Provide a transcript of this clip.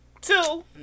two